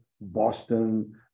Boston